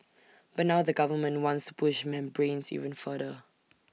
but now the government wants to push membranes even further